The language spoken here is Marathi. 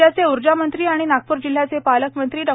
राज्याचे ऊर्जा मंत्री तथा नागपूर जिल्ह्याचे पालकमंत्री डॉ